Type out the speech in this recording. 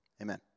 amen